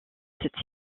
cette